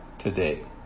today